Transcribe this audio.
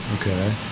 okay